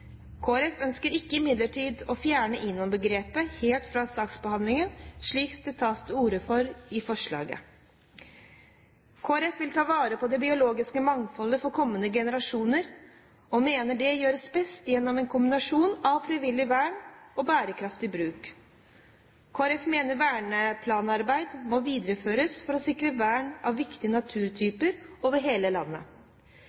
imidlertid ikke å fjerne INON-begrepet helt fra saksbehandlingen, slik det tas til orde for i forslaget. Kristelig Folkeparti vil ta vare på det biologiske mangfoldet for kommende generasjoner og mener det gjøres best gjennom en kombinasjon av frivillig vern og bærekraftig bruk. Kristelig Folkeparti mener veneplanarbeid må videreføres for å sikre vern av viktige